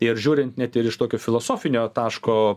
ir žiūrint net ir iš tokio filosofinio taško